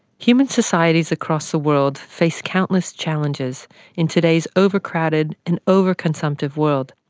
human societies across the world face countless challenges in today's over-crowded and over-consumptive world.